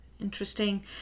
Interesting